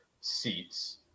seats